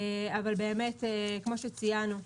אבל, כמו שציינו,